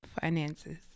finances